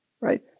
Right